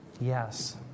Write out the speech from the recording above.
Yes